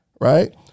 right